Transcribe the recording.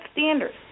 standards